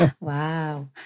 Wow